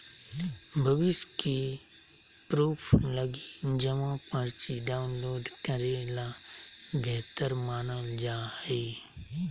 भविष्य के प्रूफ लगी जमा पर्ची डाउनलोड करे ल बेहतर मानल जा हय